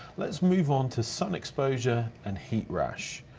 let's move on to some exposure and heat rash.